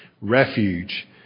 refuge